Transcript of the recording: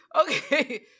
Okay